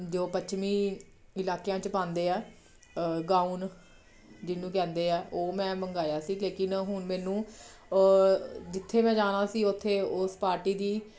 ਜੋ ਪੱਛਮੀ ਇਲਾਕਿਆਂ 'ਚ ਪਾਉਂਦੇ ਆ ਗਾਊਨ ਜਿਹਨੂੰ ਕਹਿੰਦੇ ਆ ਉਹ ਮੈਂ ਮੰਗਾਇਆ ਸੀ ਕਿ ਹੁਣ ਮੈਨੂੰ ਜਿੱਥੇ ਮੈਂ ਜਾਣਾ ਸੀ ਉੱਥੇ ਉਸ ਪਾਰਟੀ ਦੀ